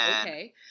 Okay